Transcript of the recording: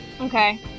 okay